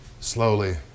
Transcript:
Slowly